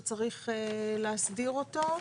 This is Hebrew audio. שצריך להסדיר אותו.